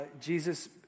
Jesus